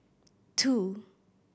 two